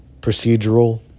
procedural